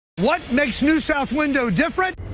what makes new south window different.